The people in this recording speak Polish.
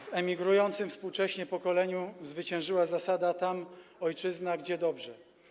W emigrującym współcześnie pokoleniu zwyciężyła zasada: tam ojczyzna, gdzie dobrze.